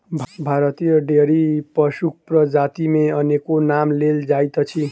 भारतीय डेयरी पशुक प्रजाति मे अनेको नाम लेल जाइत अछि